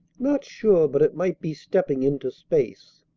not sure but it might be stepping into space.